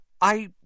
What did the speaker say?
I